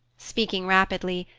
speaking rapidly,